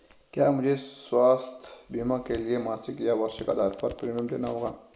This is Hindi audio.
क्या मुझे स्वास्थ्य बीमा के लिए मासिक या वार्षिक आधार पर प्रीमियम देना होगा?